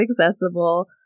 accessible